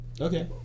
okay